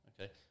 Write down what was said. okay